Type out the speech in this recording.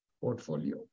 portfolio